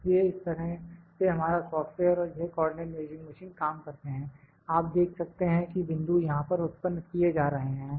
इसलिए इस तरह से हमारा सॉफ्टवेयर और यह कॉर्डिनेट मेजरिंग मशीन काम करते हैं आप देख सकते हैं कि बिंदु यहां पर उत्पन्न किए जा रहे हैं